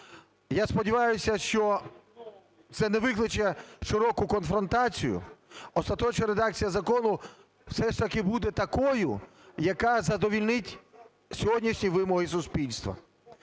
Я сподіваюся, що це не викличе широку конфронтацію, остаточна редакція закону все ж таки буде такою, яка задовольнить сьогоднішні вимоги суспільства,